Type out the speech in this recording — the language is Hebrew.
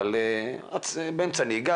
אבל באמצע נהיגה,